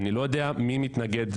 אני לא יודע מי מתנגד,